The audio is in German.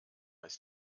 ist